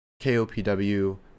KOPW